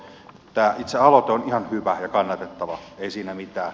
tämä itse aloite on ihan hyvä ja kannatettava ei siinä mitään